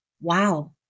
Wow